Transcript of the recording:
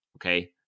Okay